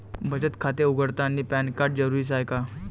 बचत खाते उघडतानी पॅन कार्ड जरुरीच हाय का?